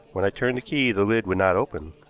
when i turned the key the lid would not open.